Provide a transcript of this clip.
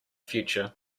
future